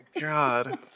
god